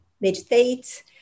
meditate